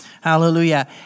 Hallelujah